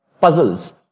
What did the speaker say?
puzzles